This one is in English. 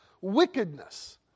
wickedness